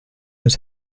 was